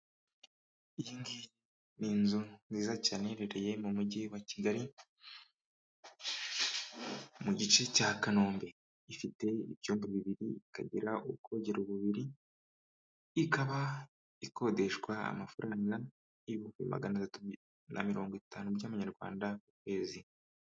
Iyingiyi ni inzu nziza cyane iherereye mu mugi wa Kigali, mu gice cya Kanombe, ifite ibyumba bibiri, ikagira ubwogero bubiri, ikaba ikodeshwa amafaranga ibihumbi magana atatu na mirongo itanu by'Amanyarwanda ku kwezi.